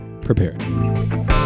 prepared